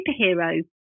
superhero